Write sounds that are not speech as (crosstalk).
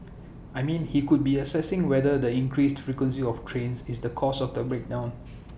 I mean he could be assessing whether the increased frequency of trains is the cause of the break down (noise)